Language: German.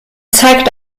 zeigt